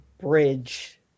bridge